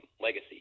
legacy